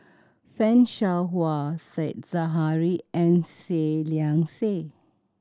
Fan Shao Hua Said Zahari and Seah Liang Seah